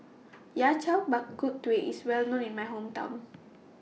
Yao Cai Bak Kut Teh IS Well known in My Hometown